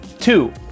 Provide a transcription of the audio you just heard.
Two